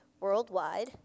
worldwide